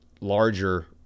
larger